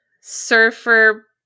surfer